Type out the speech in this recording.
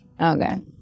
Okay